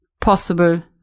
possible